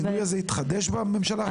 המינוי הזה התחדש בממשלה הנוכחית?